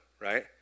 right